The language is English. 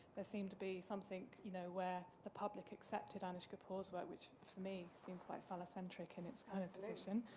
there seemed to be something you know where the public accepted anish kapoor's work which for me seemed quite fun eccentric in it's kind of decision,